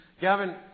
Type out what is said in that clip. Gavin